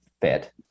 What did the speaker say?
fit